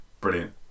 Brilliant